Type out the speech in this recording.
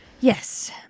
Yes